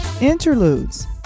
Interludes